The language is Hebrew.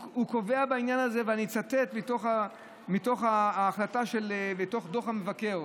הוא קובע בעניין הזה, ואני אצטט מתוך דוח המבקר.